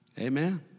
Amen